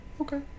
Okay